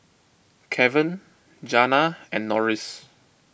Keven Janna and Norris